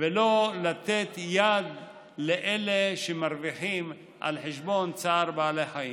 ולא לתת יד לאלה שמרוויחים על חשבון צער בעלי חיים.